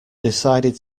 decided